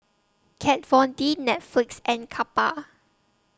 Kat Von D Netflix and Kappa